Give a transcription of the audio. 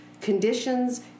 conditions